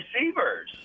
receivers